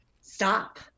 stop